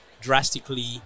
drastically